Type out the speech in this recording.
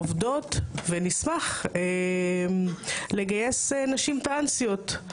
עובדות ונשמח לגייס נשים טרנסיות.